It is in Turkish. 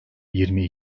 yirmi